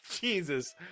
Jesus